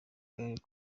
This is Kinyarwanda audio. karere